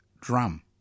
drum